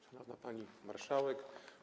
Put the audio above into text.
Szanowna Pani Marszałek!